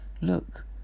look